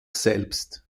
selbst